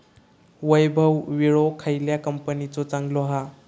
वैभव विळो खयल्या कंपनीचो चांगलो हा?